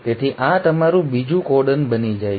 તેથી આ તમારું બીજું કોડન બની જાય છે